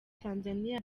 tanzania